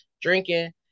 drinking